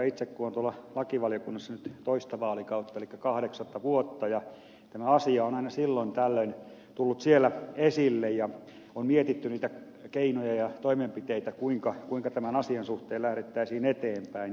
itse olen tuolla lakivaliokunnassa nyt toista vaalikautta elikkä kahdeksatta vuotta ja tämä asia on aina silloin tällöin tullut siellä esille ja on mietitty niitä keinoja ja toimenpiteitä kuinka tämän asian suhteen lähdettäisiin eteenpäin